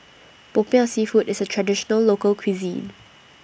Popiah Seafood IS A Traditional Local Cuisine